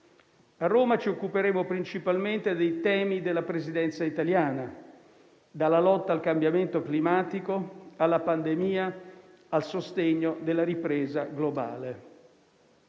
A Roma ci occuperemo principalmente dei temi della Presidenza italiana, dalla lotta al cambiamento climatico, alla pandemia, al sostegno della ripresa globale.